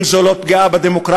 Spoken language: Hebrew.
אם זו לא פגיעה בדמוקרטיה,